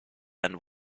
and